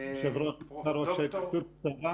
אפשר התייחסות קצרה?